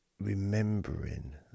remembering